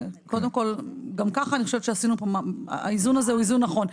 גם ככה אני חושבת שהאיזון הזה הוא איזון נכון.